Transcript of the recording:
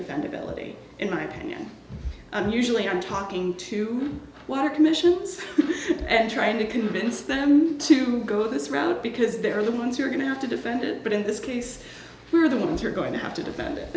dependability in my opinion usually i'm talking to one or commissions and trying to convince them to go this route because they're the ones who are going to have to defend it but in this case we're the ones you're going to have to defend it